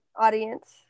audience